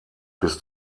bis